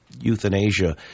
euthanasia